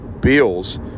Bills